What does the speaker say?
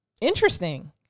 Interesting